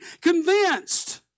convinced